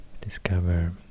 discover